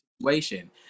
situation